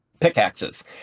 pickaxes